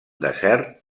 desert